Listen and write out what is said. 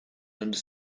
under